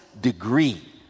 degree